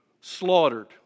slaughtered